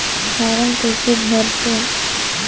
Form कइसे भरते?